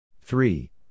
three